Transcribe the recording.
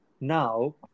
Now